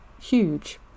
huge